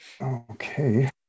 Okay